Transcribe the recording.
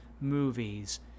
movies